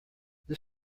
this